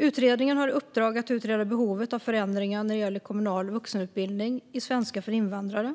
Utredningen har i uppdrag att utreda behovet av förändringar när det gäller kommunal vuxenutbildning i svenska för invandrare